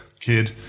kid